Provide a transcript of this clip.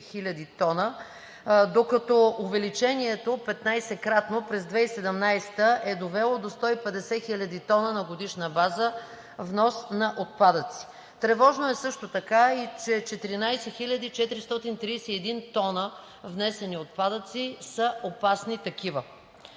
Тревожно е също така и че 14 431 тона внесени отпадъци са опасни такива.